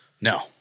No